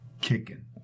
kicking